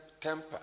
temper